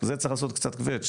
כאן צריך לעשות קצת קווץ',